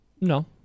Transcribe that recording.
No